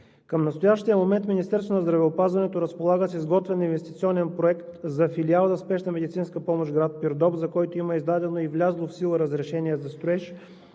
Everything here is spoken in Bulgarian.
към настоящия момент Министерството на здравеопазването разполага с изготвен инвестиционен проект за Филиал за спешна медицинска помощ – град Пирдоп, за който има издадено и влязло в сила разрешение за строеж